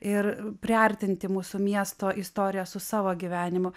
ir priartinti mūsų miesto istoriją su savo gyvenimu